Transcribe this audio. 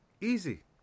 Easy